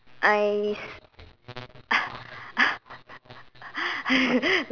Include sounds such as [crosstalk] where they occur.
I [laughs]